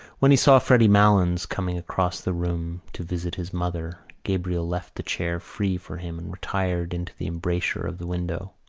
when he saw freddy malins coming across the room to visit his mother gabriel left the chair free for him and retired into the embrasure of the window.